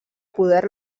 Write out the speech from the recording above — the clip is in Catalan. poder